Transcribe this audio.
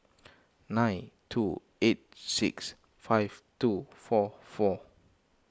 nine two eight six five two four four